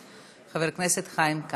חברים,